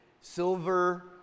Silver